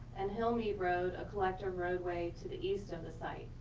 and hillmead road, a collector roadway to the east of the site.